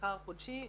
בשכר החודשי,